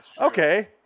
okay